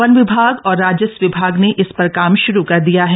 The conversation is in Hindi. वन विभाग और राजस्व विभाग ने इस पर काम श्रू कर दिया है